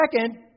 Second